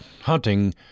hunting